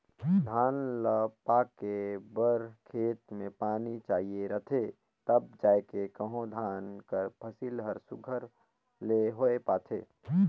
धान ल पाके बर खेत में पानी चाहिए रहथे तब जाएके कहों धान कर फसिल हर सुग्घर ले होए पाथे